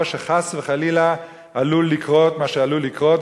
שחס וחלילה עלול לקרות מה שעלול לקרות,